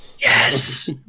Yes